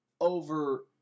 over